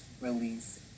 release